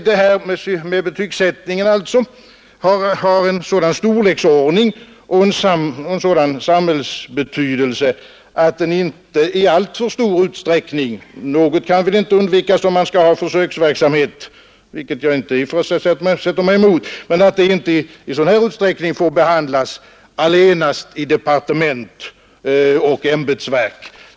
Frågan om betygssättningen har en sådan storleksordning och samhällsbetydelse att den inte i alltför stor utsträckning — något kan väl inte undvikas om man skall ha en försöksverksamhet, vilket jag inte i och för sig sätter mig emot — får behandlas allenast i departement och ämbetsverk.